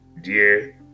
dear